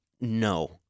no